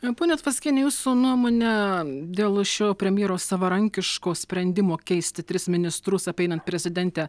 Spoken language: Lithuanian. ponia tvaskiene jūsų nuomonę dėl šio premjero savarankiško sprendimo keisti tris ministrus apeinant prezidentę